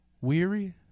weary